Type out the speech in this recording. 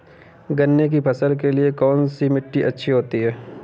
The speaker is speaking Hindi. गन्ने की फसल के लिए कौनसी मिट्टी अच्छी होती है?